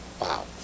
Wow